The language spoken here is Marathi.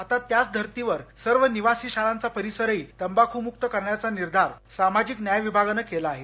आता त्याच धर्तीवर सर्व निवासी शाखांचा परिसरही तंबाखुमुक्त करण्याचा निर्धार सामाजिक न्याय विभागानं केला आहे